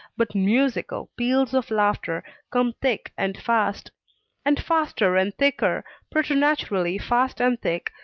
but musical peals of laughter come thick and fast and faster and thicker, preternaturally fast and thick,